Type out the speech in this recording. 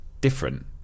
different